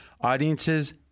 Audiences